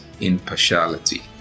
impartiality